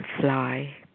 fly